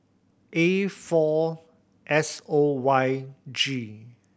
A four S O Y G